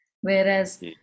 Whereas